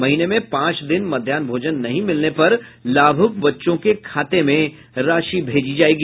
महीने में पांच दिन मध्याह्न भोजन नहीं मिलने पर लाभुक बच्चों के खाते में राशि भेजी जायेगी